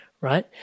right